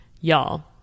Y'all